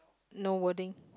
no wording